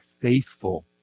faithful